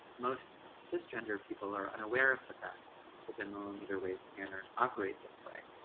most cisgender people are unaware of the fact that the millimeter wave scanners operate this way.